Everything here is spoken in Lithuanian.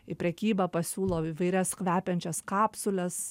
į prekybą pasiūlo įvairias kvepiančias kapsules